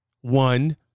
one